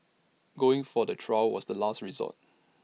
going for the trial was the last resort